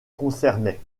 concernaient